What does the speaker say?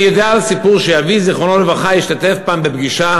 אני יודע על סיפור שאבי זיכרונו לברכה השתתף פעם בפגישה